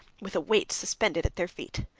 with a weight suspended at their feet.